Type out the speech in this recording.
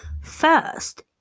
First